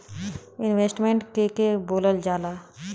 Investment के के बोलल जा ला?